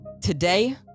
today